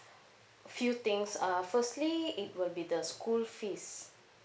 few things uh firstly it will be the school fees